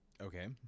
Okay